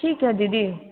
ठीक है दीदी